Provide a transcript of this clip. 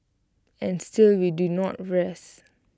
and still we do not rest